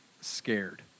scared